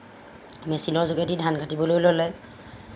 মেচিনৰ যোগেদি ধান কাটিবলৈ ল'লে